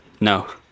No